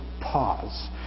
pause